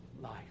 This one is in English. life